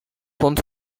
once